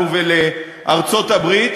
לנו ולארצות-הברית,